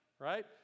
right